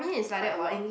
quite a lot